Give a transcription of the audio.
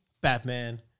Batman